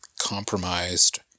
compromised